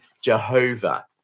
Jehovah